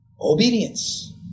Obedience